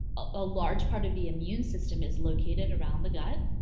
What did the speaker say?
a large part of the immune system is located around the gut.